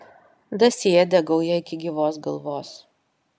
dasiėdė gauja iki gyvos galvos